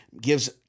gives